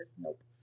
Nope